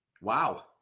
wow